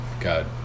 God